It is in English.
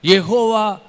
Yehovah